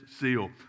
seal